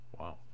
wow